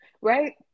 Right